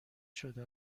شده